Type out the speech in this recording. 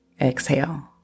exhale